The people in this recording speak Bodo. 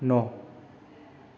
न'